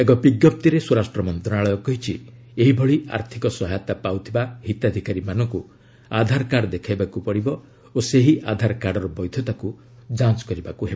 ଏକ ବିଞ୍ଜପ୍ତିରେ ସ୍ୱରାଷ୍ଟ୍ର ମନ୍ତ୍ରଣାଳୟ କହିଛି ଏହିଭଳି ଆର୍ଥିକ ସହାୟତା ପାଉଥିବା ହିତାଧିକାରୀମାନଙ୍କୁ ଆଧାରକାର୍ଡ ଦେଖାଇବାକୁ ପଡ଼ିବ ଓ ସେହି ଆଧାରକାର୍ଡର ବୈଧତାକୁ ଯାଞ୍ଚ କରିବାକୁ ହେବ